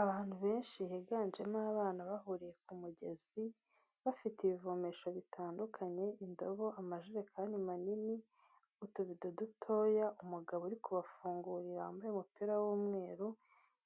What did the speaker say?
Abantu benshi biganjemo abana bahuriye ku mugezi, bafite ibivomesho bitandukanye indobo, amajerekani manini, utubido dutoya, umugabo uri kubafungurira wambaye umupira w'umweru,